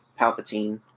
Palpatine